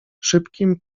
szybkim